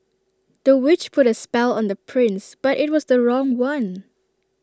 the witch put A spell on the prince but IT was the wrong one